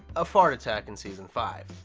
a fart attack in season five.